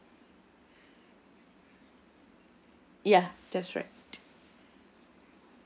okay ya that's right